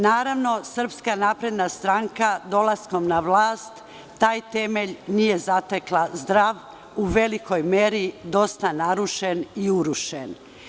Naravno, SNS dolaskom na vlast taj temelj nije zatekla zdrav, u velikoj meri dosta narušen i urušen.